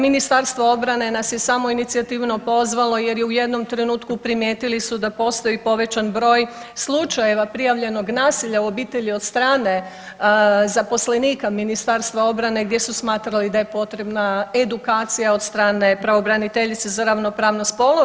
Ministarstvo obrane nas je samoinicijativno pozvalo jer je u jednom trenutku primijetili su da postoji povećan broj slučajeva prijavljenog nasilja u obitelji od strane zaposlenika Ministarstva obrane gdje su smatrali da je potrebna edukacija od strane pravobraniteljice za ravnopravnost spolova.